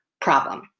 problem